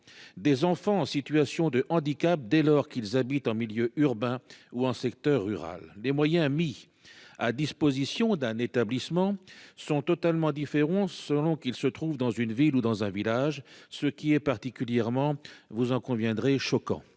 des enfants en situation de handicap dès lors qu'ils habitent en milieu urbain ou en secteur rural, les moyens mis à disposition d'un établissement sont totalement différents, selon qu'il se trouve dans une ville ou dans un village, ce qui est particulièrement vous en conviendrez choquant